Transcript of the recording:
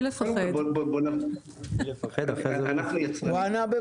חשוב לי לומר אותו ואנחנו מוכנים להגיש לוועדה טבלה של כל העלויות